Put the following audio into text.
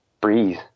breathe